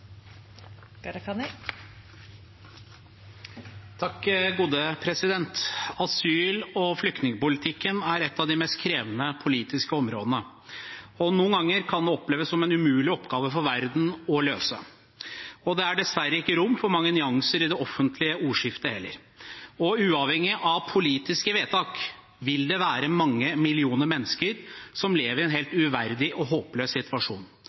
et av de mest krevende politiske områdene, som det noen ganger kan oppleves som en umulig oppgave for verden å løse. Det er dessverre ikke rom for mange nyanser i det offentlige ordskiftet heller, og uavhengig av politiske vedtak vil det være mange millioner mennesker som lever i en helt uverdig og håpløs situasjon.